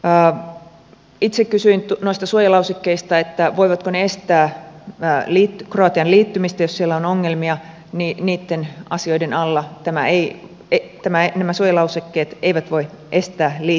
kun itse kysyin noista suojalausekkeista voivatko ne estää kroatian liittymistä jos siellä on ongelmia niin niitten asioiden alla nämä suojalausekkeet eivät voi estää liittymistä